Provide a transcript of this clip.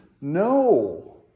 No